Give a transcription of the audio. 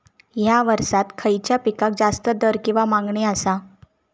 हया वर्सात खइच्या पिकाक जास्त दर किंवा मागणी आसा?